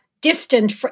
distant